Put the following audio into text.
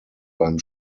beim